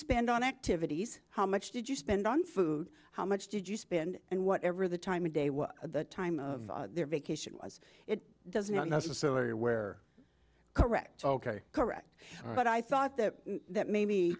spend on activities how much did you spend on food how much did you spend and whatever the time of day was at the time of their vacation was it does not necessary wear correct ok correct but i thought that that ma